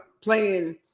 playing